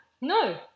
No